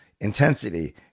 intensity